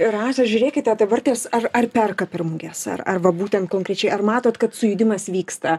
rasa žiūrėkite dabar tiesa ar ar perka per muges ar arba būtent konkrečiai ar matot kad sujudimas vyksta